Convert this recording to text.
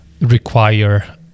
require